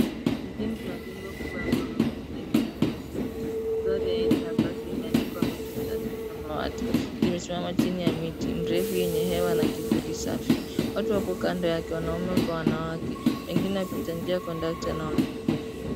Ni jengo la jumba kubwa la ghorofa imetengenezwa na simiti. Gari aina ya basi imeandikwa metro trans ya samawati. Imesimama chini ya mti mrefu yenye hewa na kivuli safi. Watu wako kando yake wanaume kwa wanawake, wengine wapita njia, conductor na wateja.